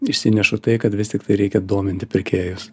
išsinešu tai kad vis tiktai reikia dominti pirkėjus